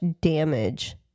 damage